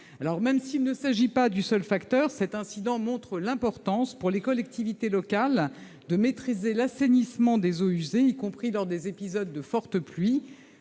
Même s'il ne s'agit pas du seul facteur, cet incident montre l'importance pour les collectivités locales de maîtriser l'assainissement des eaux usées, y compris lors des épisodes de fortes pluies.